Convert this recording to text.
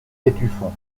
étueffont